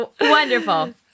wonderful